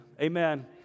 Amen